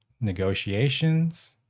negotiations